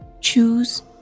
choose